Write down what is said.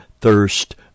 thirst